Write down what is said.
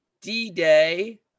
D-Day